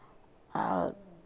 और